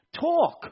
talk